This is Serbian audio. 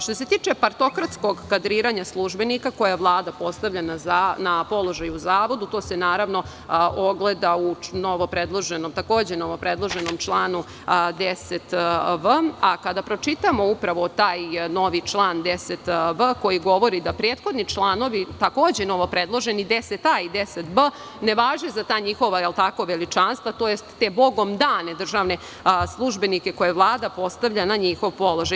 Što se tiče partokratskog kadriranja službenika koje je Vlada postavila na položaje u Zavodu, to se naravno ogleda u novopredloženom članu 10v, a kada pročitamo upravo taj novi član 10v koji govori da prethodni članovi, takođe novopredloženi, 10a i 10b ne važe za ta njihova veličanstva, tj. te bogom dane državne službenike koje Vlada postavlja na njihov položaj.